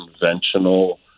conventional